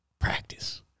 Practice